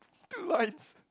two lines